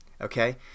Okay